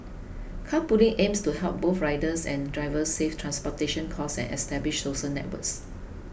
carpooling aims to help both riders and drivers save transportation costs and establish social networks